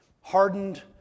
hardened